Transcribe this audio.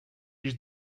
již